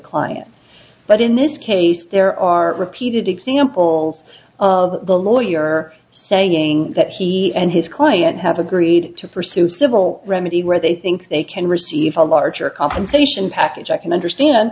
client but in this case there are repeated examples of the lawyer saying that he and his client have agreed to pursue civil remedy where they think they can receive a larger compensation package i can understand